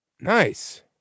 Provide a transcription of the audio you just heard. nice